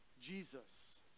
Jesus